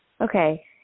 Okay